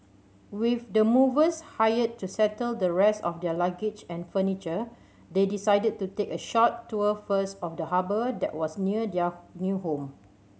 with the movers hired to settle the rest of their luggage and furniture they decided to take a short tour first of the harbour that was near their new home